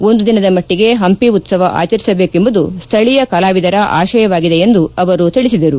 ಒಂದು ದಿನದ ಮಟ್ಟಿಗೆ ಪಂಪಿ ಉತ್ತವ ಆಚರಿಸಬೇಕೆಂಬುದು ಸ್ಥಳೀಯ ಕಲಾವಿದರ ಆಶಯವಾಗಿದೆ ಎಂದು ಅವರು ಹೇಳಿದರು